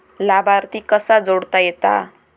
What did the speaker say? लाभार्थी कसा जोडता येता?